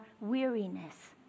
weariness